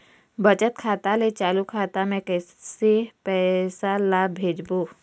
बचत खाता ले चालू खाता मे कैसे पैसा ला भेजबो?